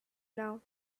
now